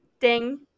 Ding